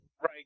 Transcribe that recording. Right